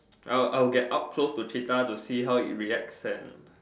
I will I will get up close to cheetah to see how it reacts and